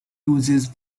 uses